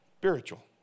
spiritual